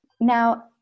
Now